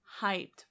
hyped